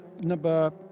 number